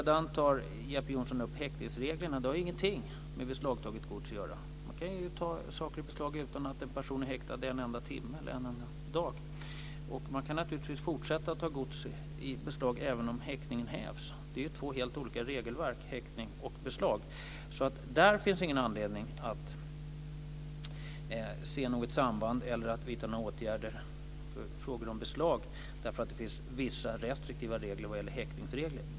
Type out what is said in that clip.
Jeppe Johnsson tar upp häktesreglerna. De har ingenting med beslagtaget gods att göra. Man kan ta saker i beslag utan att en person är häktad en enda timme eller en enda dag. Man kan naturligtvis fortsätta att ta gods i beslag även om häktningen hävs. Häktning och beslag regleras av två helt olika regelverk. Det finns ingen anledning att se något samband där eller vidta några åtgärder i fråga om beslag därför att det finns vissa restriktiva häktningsregler.